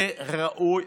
זה ראוי.